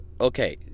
okay